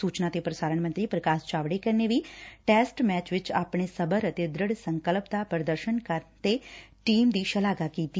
ਸੁਚਨਾ ਤੇ ਪ੍ਰਸਾਰਣ ਮੰਤਰੀ ਪ੍ਰਕਾਸ਼ ਜਾਵਤੇਕਰ ਨੇ ਟੈਸਟ ਮੈਚ ਵਿਚ ਆਪਣੇ ਸਬਰ ਅਤੇ ਦ੍ਰਿੜ ਸੰਕਲਪ ਦਾ ਪ੍ਰਦਰਸ਼ਨ ਕਰਨ ਤੇ ਟੀਮ ਦੀ ਸ਼ਲਾਘਾ ਕੀਤੀ